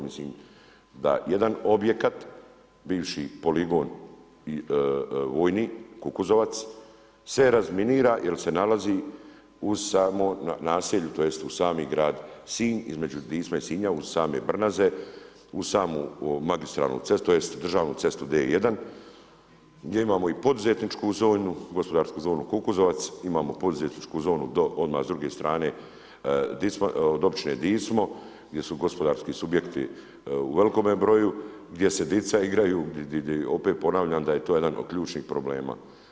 Mislim da jedan objekat, bivši poligon, vojni Kukuzovac, se razminira jer se nalazi uz samo naselje, tj. uz sam grad Sinj, između Tisna i Sinja, uz same brnaze, uz samu magistralnu cestu, tj. državnu cestu D1 gdje imamo poduzetničku zonu, gospodarsku zonu Kukuzovac, imamo poduzetničku zonu odmah s druge strane, od općine Dismo, gdje smo gospodarski subjekti u velikome broju, gdje se djeca igraju, opet ponavljam, da je to jedan od ključnih problema.